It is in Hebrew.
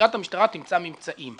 שחקירת המשטרה תמצא ממצאים.